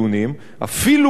אפילו מייק בלס,